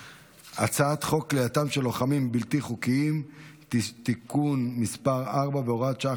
הצעת חוק כליאתם של לוחמים בלתי חוקיים (תיקון מס' 4 והוראת שעה,